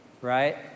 right